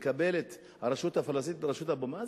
שמקבלת הרשות הפלסטינית בראשות אבו מאזן.